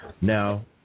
Now